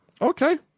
Okay